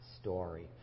story